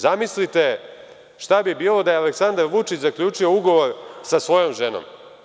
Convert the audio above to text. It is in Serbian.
Zamislite šta bi bilo da je Aleksandar Vučić zaključio ugovor sa svojom ženom?